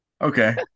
Okay